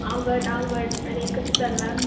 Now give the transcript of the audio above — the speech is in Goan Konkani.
हांव घट हांव घट आनी कशें चल्लां